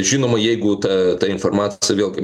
žinoma jeigu ta informacija vėl kaip